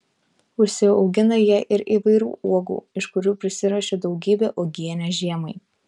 užsiaugina jie ir įvairių uogų iš kurių prisiruošia daugybę uogienės žiemai